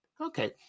Okay